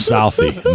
Southie